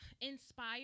inspired